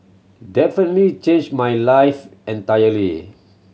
definitely change my life entirely